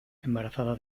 embarazada